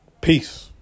peace